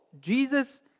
Jesus